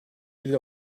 bile